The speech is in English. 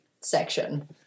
section